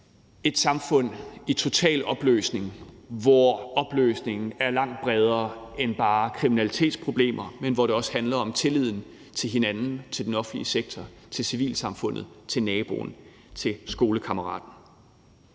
et samfund i total opløsning, og opløsningen er langt bredere end bare kriminalitetsproblemer; det handler også om tilliden til hinanden, til den offentlige sektor, til civilsamfundet, til naboen, til skolekammeraten.